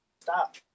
Stop